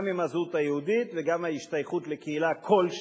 גם עם הזהות היהודית וגם עם ההשתייכות לקהילה כלשהי,